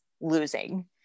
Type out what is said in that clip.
losing